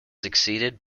succeeded